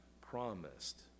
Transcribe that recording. promised